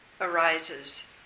arises